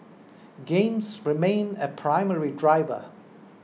games remain a primary driver